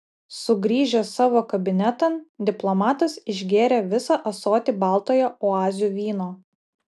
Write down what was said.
sugrįžęs savo kabinetan diplomatas išgėrė visą ąsotį baltojo oazių vyno